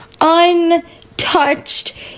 untouched